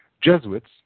Jesuits